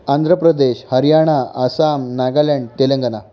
Andhra Pradesh Haryana Assam Nagaland Telangana